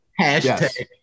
Hashtag